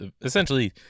essentially